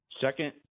Second